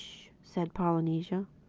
said polynesia.